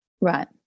Right